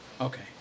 Okay